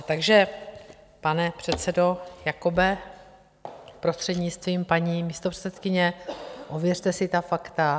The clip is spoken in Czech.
Takže pane předsedo Jakobe, prostřednictvím paní místopředsedkyně, ověřte si ta fakta.